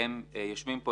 הם יושבים כאן,